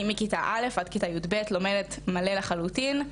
אני מכיתה א' עד כיתה יב' לומדת מלא לחלוטין,